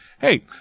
Hey